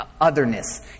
otherness